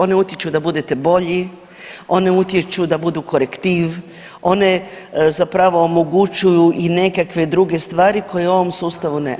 One utječu da budete bolji, one utječu da budu korektiv, one omogućuju i nekakve druge stvari koje u ovom sustavu ne.